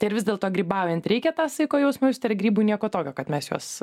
tai ar vis dėlto grybaujant reikia tą saiko jausmą just ar grybui nieko tokio kad mes juos